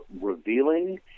revealing